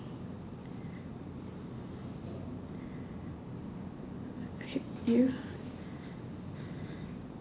okay you